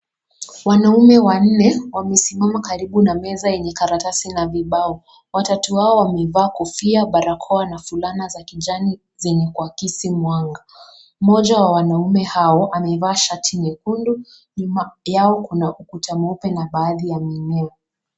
Wanaume wanne wamesimama karibu na meza yenye karatasi na vibao. Watatu hao wamevaa kofia, barakoa na fulana za kijani zenye kuwakisi mwanga. Mmoja wa wanaume hao amevaa shati nyekundu, nyuma yao kuna ukuta mweupe na na baadhi ya maeneo.